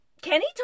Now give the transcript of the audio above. Kenny